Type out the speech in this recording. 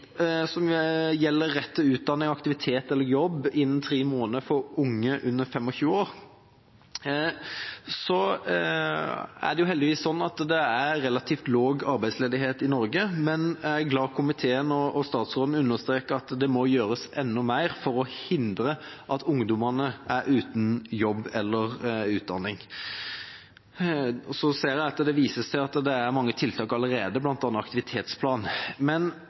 9 gjelder rett til utdanning, kompetansegivende aktivitet eller jobb innen tre måneder for unge under 25 år. Det er heldigvis sånn at det er relativt lav arbeidsledighet i Norge, men jeg er glad for at komiteen og statsråden understreker at det må gjøres enda mer for å hindre at ungdom er uten jobb eller utdanning. Det viser seg at det her er mange tiltak allerede,